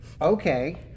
okay